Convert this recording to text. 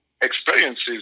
experiences